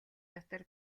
дотор